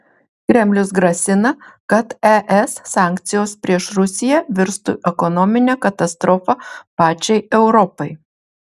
kremlius grasina kad es sankcijos prieš rusiją virstų ekonomine katastrofa pačiai europai